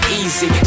easy